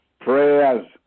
prayers